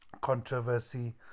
controversy